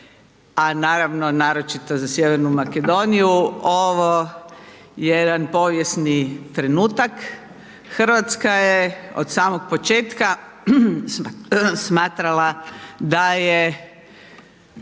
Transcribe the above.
a naravno, naročito za Sjevernu Makedoniju ovo jedan povijesni trenutak. Hrvatska je od samog početka smatrala da je